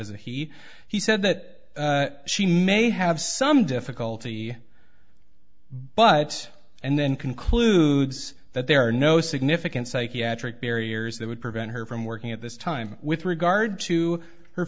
a he he said that she may have some difficulty but and then concludes that there are no significant psychiatric barriers that would prevent her from working at this time with regard to her